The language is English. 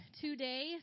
today